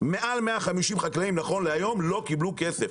מעל 150 חקלאים נכון להיום לא קיבלו כסף.